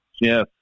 yes